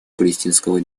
палестинского